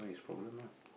problem lah